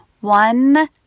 one